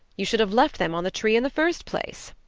you should have left them on the tree in the first place.